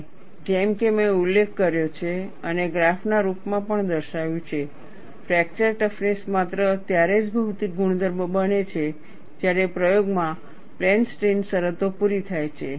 અને જેમ કે મેં ઉલ્લેખ કર્યો છે અને ગ્રાફના રૂપમાં પણ દર્શાવ્યું છે ફ્રેક્ચર ટફનેસ માત્ર ત્યારે જ ભૌતિક ગુણધર્મ બને છે જ્યારે પ્રયોગ માં પ્લેન સ્ટ્રેઈન શરતો પૂરી થાય છે